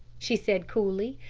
she said coolly,